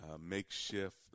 makeshift